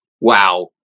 Wow